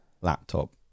laptop